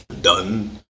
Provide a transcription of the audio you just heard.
done